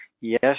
yes